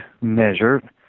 measure